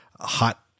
hot